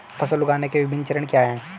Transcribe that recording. फसल उगाने के विभिन्न चरण क्या हैं?